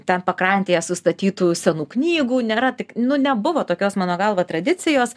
ten pakrantėje sustatytų senų knygų nėra tik nu nebuvo tokios mano galva tradicijos